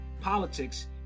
politics